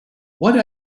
what